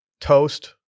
toast